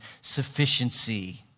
sufficiency